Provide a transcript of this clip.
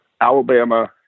alabama